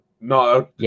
No